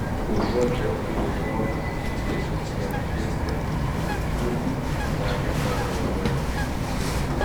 užuot dėl įvairovės suteikusi jam šiek tiek tuščių vilčių pasakė ką galvoja iš tikrųjų